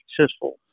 successful